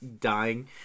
dying